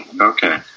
Okay